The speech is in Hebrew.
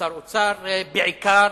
כשר אוצר בעיקר,